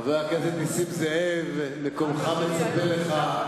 חבר הכנסת נסים זאב, מקומך מצפה לך.